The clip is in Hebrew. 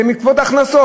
זה בעקבות הכנסות.